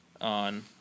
on